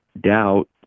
doubt